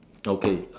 okay